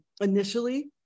initially